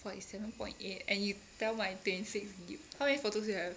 forty seven point eight and you tell my twenty six G_B how many photos you have